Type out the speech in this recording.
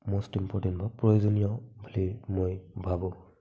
most important হ'ব প্ৰয়োজনীয় বুলি মই ভাবোঁ